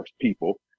people